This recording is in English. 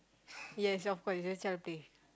yes of course it's a child play